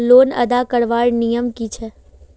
Loan अदा करवार नियम की छे?